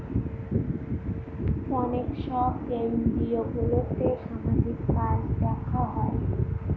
অনেক সব এনজিওগুলোতে সামাজিক কাজ দেখা হয়